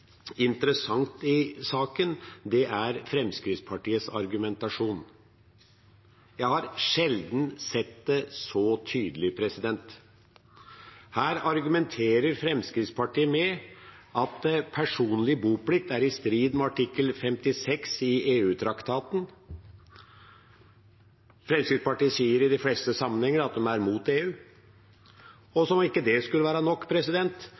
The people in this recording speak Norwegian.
interessant i saken, er Fremskrittspartiets argumentasjon. Jeg har sjelden sett det så tydelig. Her argumenterer Fremskrittspartiet med at personlig boplikt er i strid med artikkel 56 i EU-traktaten – Fremskrittspartiet sier i de fleste sammenhenger at de er imot EU. Og som om ikke det skulle være nok,